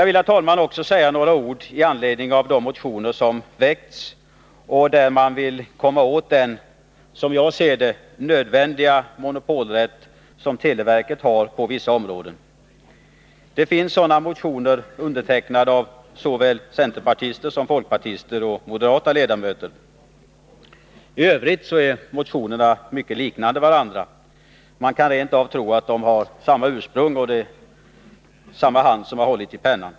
Jag vill emellertid, herr talman, också säga några ord i anledning av de motioner som har väckts och i vilka man vill komma åt den — som jag ser det — nödvändiga monopolrätt som televerket har på vissa områden. Det finns sådana motioner, undertecknade av såväl centerpartister och folkpartister som moderata ledamöter. I övrigt är motionerna mycket lika varandra. Man kan rent av tro att de har samma ursprung och att det är samma hand som hållit i pennan.